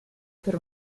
per